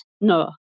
No